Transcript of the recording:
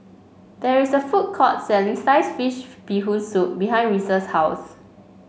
there is a food court selling Sliced Fish Bee Hoon Soup behind Reece's house